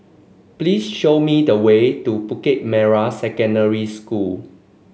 please show me the way to Bukit Merah Secondary School